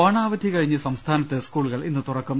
ഓണാവധി കഴിഞ്ഞ് സംസ്ഥാനത്ത് സ്കൂളുകൾ ഇന്ന് തുറക്കും